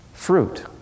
fruit